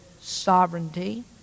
sovereignty